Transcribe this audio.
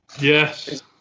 Yes